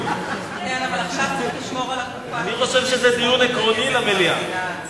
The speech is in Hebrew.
אני חושב שזה דיון עקרוני למליאה.